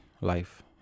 life